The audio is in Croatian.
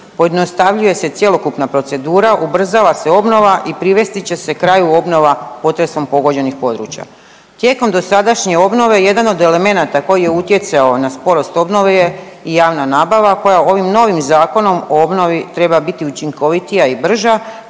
pojednostavljuje se cjelokupna procedura, ubrzava se obnova i privesti će se kraju obnova potresom pogođenih područja. Tijekom dosadašnje obnove jedan od elemenata koji je utjecao na sporost obnove je i javna nabava koja ovim novim Zakonom o obnovi treba biti učinkovitija i brža